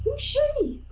she.